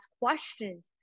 questions